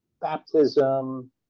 baptism